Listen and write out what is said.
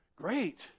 great